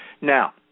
Now